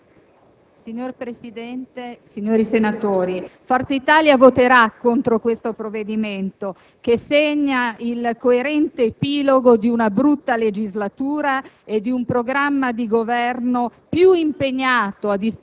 Signor Presidente, signori senatori, il Gruppo Forza Italia voterà contro il provvedimento in esame che segna il coerente epilogo di una brutta legislatura e di un programma di Governo